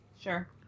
Sure